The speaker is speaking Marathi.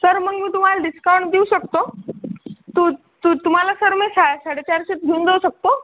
सर मग मी तुम्हाला डिस्काऊंट देऊ शकतो तु तु तुम्हाला सर मी साय साडे चारशेत घेऊन जाऊ शकतो